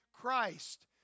Christ